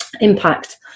impact